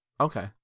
Okay